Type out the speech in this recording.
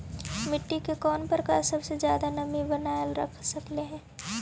मिट्टी के कौन प्रकार सबसे जादा नमी बनाएल रख सकेला?